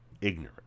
ignorant